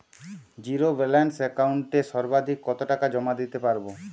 Zero balance একাউন্টে সর্বাধিক কত টাকা জমা দিতে পারব?